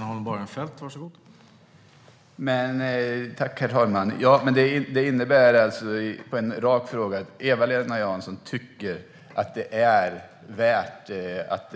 Herr talman! Som svar på en rak fråga säger alltså Eva-Lena Jansson att det är värt att